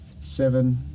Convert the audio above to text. seven